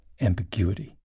ambiguity